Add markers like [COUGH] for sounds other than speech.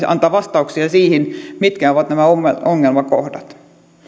[UNINTELLIGIBLE] antaa vastauksia siihen mitkä ovat nämä ongelmakohdat